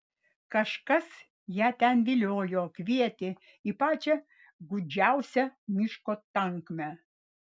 kažkas ją ten viliojo kvietė į pačią gūdžiausią miško tankmę